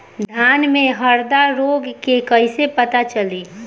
धान में हरदा रोग के कैसे पता चली?